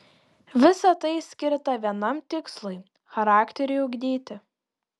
visa tai skirta vienam tikslui charakteriui ugdyti